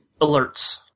Alerts